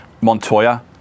Montoya